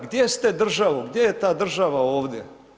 Gdje ste državo, gdje je ta država ovdje?